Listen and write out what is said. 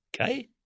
Okay